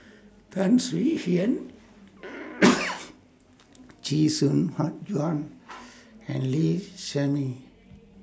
Tan Swie Hian Chee Soon Juan and Lee Shermay